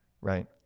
Right